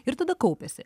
ir tada kaupiasi